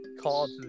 called